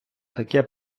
таке